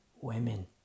Women